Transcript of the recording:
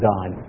God